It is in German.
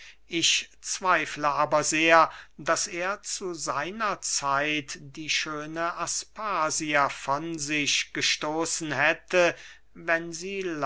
ich zweifle aber sehr daß er zu seiner zeit die schöne aspasia von sich gestoßen hätte wenn sie